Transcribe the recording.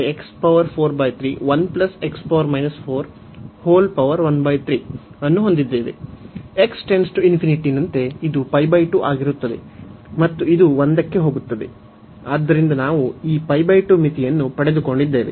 ನಂತೆ ಇದು ಆಗಿರುತ್ತದೆ ಮತ್ತು ಇದು 1 ಕ್ಕೆ ಹೋಗುತ್ತದೆ ಆದ್ದರಿಂದ ನಾವು ಈ ಮಿತಿಯನ್ನು ಪಡೆದುಕೊಂಡಿದ್ದೇವೆ